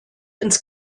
ins